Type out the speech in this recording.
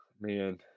Man